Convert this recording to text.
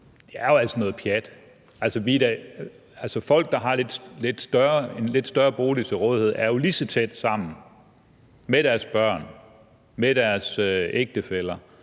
Det er altså noget pjat. Folk, der har en lidt større bolig til rådighed, er jo lige så tæt sammen med deres børn og med deres ægtefæller